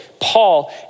Paul